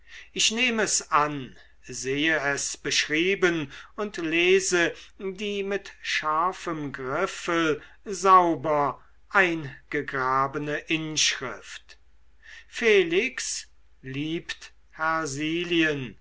ich nehm es an sehe es beschrieben und lese die mit scharfem griffel sauber eingegrabene inschrift felix liebt